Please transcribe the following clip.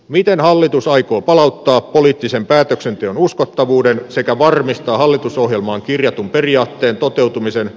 miten hallitus aikoo palauttaa poliittisen päätöksenteon uskottavuuden sekä varmistaa hallitusohjelmaan kirjatun periaatteen toteutumisen